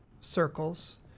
circles